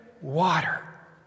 water